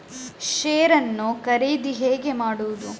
Share ನ್ನು ಖರೀದಿ ಹೇಗೆ ಮಾಡುವುದು?